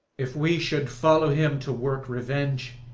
if we should follow him to work revenge,